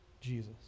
Jesus